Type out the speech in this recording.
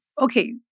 Okay